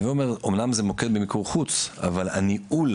הווה אומר, אמנם זה מוקד במיקור חוץ אבל הניהול,